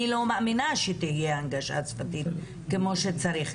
אני לא מאמינה שתהיה הנגשה שפתית כמו שצריך.